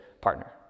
partner